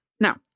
now